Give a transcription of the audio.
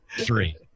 Three